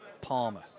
Palmer